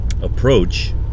approach